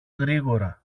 γρήγορα